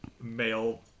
male